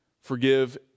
forgive